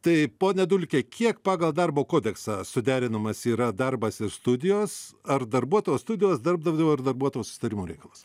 tai ponia dulke kiek pagal darbo kodeksą suderinamas yra darbas ir studijos ar darbuotojo studijos darbdavio ir darbuotojo susitarimo reikalas